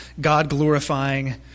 God-glorifying